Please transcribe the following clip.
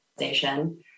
organization